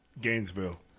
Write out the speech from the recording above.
Gainesville